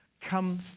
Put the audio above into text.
come